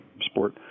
sport